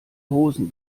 hosen